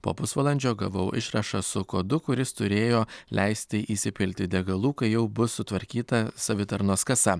po pusvalandžio gavau išrašą su kodu kuris turėjo leisti įsipilti degalų kai jau bus sutvarkyta savitarnos kasa